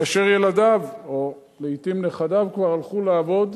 כאשר ילדיו, או לעתים נכדיו כבר, הלכו לעבוד,